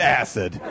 acid